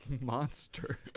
monster